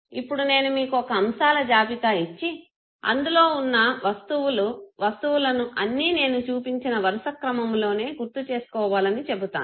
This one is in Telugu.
ఇప్పుడు నేను మీకు ఒక అంశాల జాబితా ఇచ్చి అందులో వున్న వస్తువులను అన్నీ నేను చూపించిన వరుస క్రమములోనే గుర్తు చేసుకోవాలని చెబుతాను